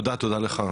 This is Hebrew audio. תודה רבה לך,